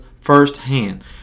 firsthand